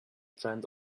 trend